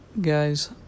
Guys